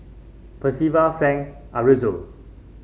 Percival Frank Aroozoo